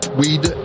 weed